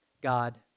God